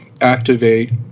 activate